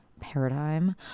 paradigm